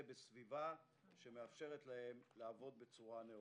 בסביבה שמאפשרת להם לעבוד בצורה נאותה.